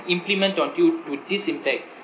implement on you to this impact